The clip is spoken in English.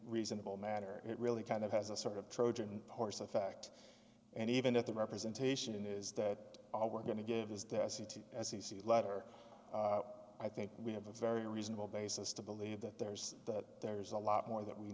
reasonable manner and it really kind of has a sort of trojan horse effect and even at the representation is that all we're going to get is the city as he sees letter i think we have a very reasonable basis to believe that there's that there's a lot more that we